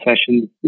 sessions